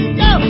go